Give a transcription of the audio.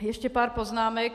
Ještě pár poznámek.